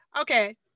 okay